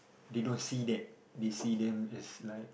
they don't see that they see them as like